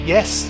Yes